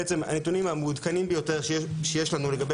הנתונים המעודכנים ביותר שיש לנו לגבי